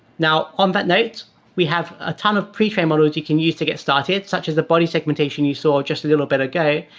now, on that note we have a ton of pretrained models you can use to get started, such as the body segmentation you saw just a little bit ago,